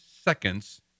seconds